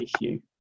issue